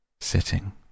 sitting